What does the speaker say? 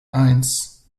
eins